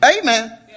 amen